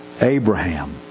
Abraham